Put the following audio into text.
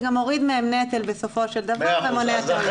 גם בסופו של דבר מוריד מהם נטל ומונע טעויות.